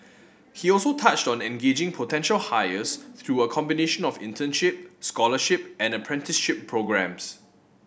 he also touched on engaging potential hires through a combination of internship scholarship and apprenticeship programmes